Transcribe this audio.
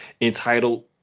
entitled